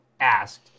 asked